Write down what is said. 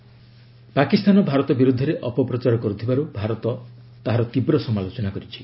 Indo Pak Pakistan Bharat ବିରୁଦ୍ଧରେ ଅପପ୍ରଚାର କରୁଥିବାରୁ ଭାରତ ତାହାର ତୀବ୍ ସମାଲୋଚନା କରିଛି